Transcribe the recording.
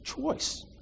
choice